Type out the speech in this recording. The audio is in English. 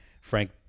Frank